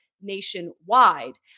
nationwide